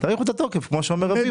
תאריכו את התוקף כמו שאומר רביבו.